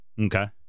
Okay